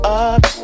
up